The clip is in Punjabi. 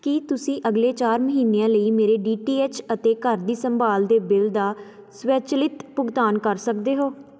ਕੀ ਤੁਸੀਂਂ ਅਗਲੇ ਚਾਰ ਮਹੀਨਿਆਂ ਲਈ ਮੇਰੇ ਡੀ ਟੀ ਐੱਚ ਅਤੇ ਘਰ ਦੀ ਸੰਭਾਲ ਦੇ ਬਿੱਲ ਦਾ ਸਵੈ ਚਲਿਤ ਭੁਗਤਾਨ ਕਰ ਸਕਦੇ ਹੋ